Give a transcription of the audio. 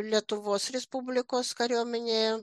lietuvos respublikos kariuomenėje